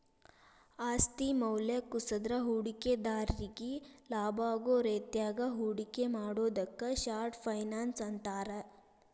ಆಸ್ತಿ ಮೌಲ್ಯ ಕುಸದ್ರ ಹೂಡಿಕೆದಾರ್ರಿಗಿ ಲಾಭಾಗೋ ರೇತ್ಯಾಗ ಹೂಡಿಕೆ ಮಾಡುದಕ್ಕ ಶಾರ್ಟ್ ಫೈನಾನ್ಸ್ ಅಂತಾರ